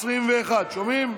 שומעים?